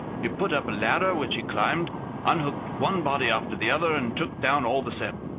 he put up a ladder, which he climbed unhooked one body after the other, and took down all the seven.